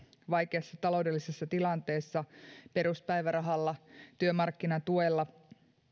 vaikeassa taloudellisessa tilanteessa peruspäivärahalla työmarkkinatuella